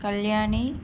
Kalyani